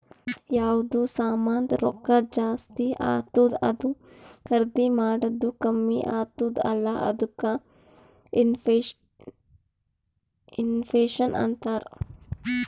ಯಾವ್ದು ಸಾಮಾಂದ್ ರೊಕ್ಕಾ ಜಾಸ್ತಿ ಆತ್ತುದ್ ಅದೂ ಖರ್ದಿ ಮಾಡದ್ದು ಕಮ್ಮಿ ಆತ್ತುದ್ ಅಲ್ಲಾ ಅದ್ದುಕ ಇನ್ಫ್ಲೇಷನ್ ಅಂತಾರ್